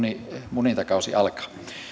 munintakausi alkaa